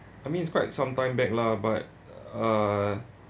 I mean it's quite sometime back lah but uh